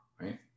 right